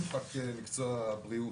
ספק מקצוע בריאות.